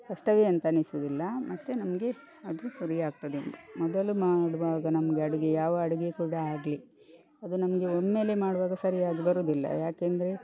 ಕಷ್ಟವೇ ಅಂತ ಅನಿಸೋದಿಲ್ಲ ಮತ್ತು ನಮಗೆ ಅದು ಸರಿಯಾಗ್ತದೆ ಮೊದಲು ಮಾಡುವಾಗ ನಮಗೆ ಅಡುಗೆ ಯಾವ ಅಡುಗೆ ಕೂಡ ಆಗಲೀ ಅದು ನಮಗೆ ಒಮ್ಮೆಲೆ ಮಾಡುವಾಗ ಸರಿಯಾಗಿ ಬರೋದಿಲ್ಲ ಯಾಕೆಂದರೆ